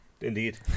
indeed